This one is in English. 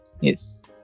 yes